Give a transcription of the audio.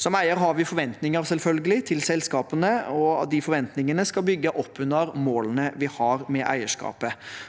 Som eier har vi selvfølgelig forventninger til selskapene, og de forventningene skal bygge opp under målene vi har med eierskapet.